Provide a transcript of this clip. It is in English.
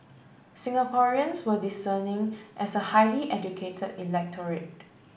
Singaporeans were discerning as a highly educated electorate